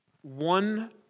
One